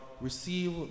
receive